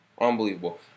Unbelievable